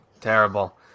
Terrible